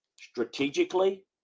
strategically